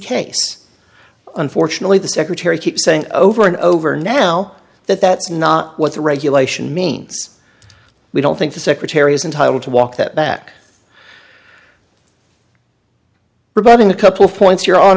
case unfortunately the secretary keeps saying over and over now that that's not what the regulation means we don't think the secretary is entitled to walk that back regarding a couple of points your hon